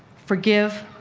forgive.